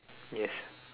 yes